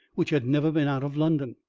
which had never been out of london.